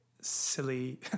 silly